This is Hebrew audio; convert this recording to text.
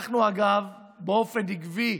אנחנו, אגב, באופן עקבי,